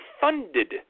funded